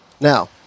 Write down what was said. Now